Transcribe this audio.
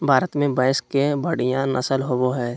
भारत में भैंस के बढ़िया नस्ल होबो हइ